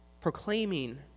proclaiming